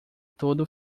todo